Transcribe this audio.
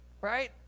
right